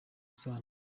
isano